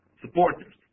supporters